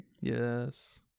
yes